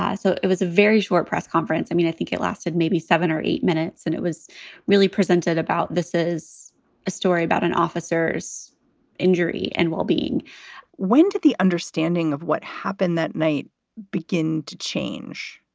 so it was a very short press conference. i mean, i think it lasted maybe seven or eight minutes. and it was really presented about this is a story about an officers injury and well-being when did the understanding of what happened that night begin to change?